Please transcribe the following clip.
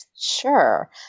sure